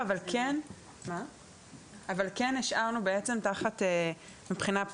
אבל נגיד תהיה לו מכסה מאוד מצומצמת והוא